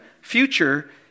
future